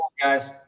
guys